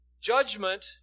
judgment